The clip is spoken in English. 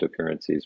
cryptocurrencies